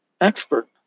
expert